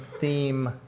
theme